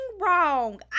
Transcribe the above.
Wrong